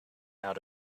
out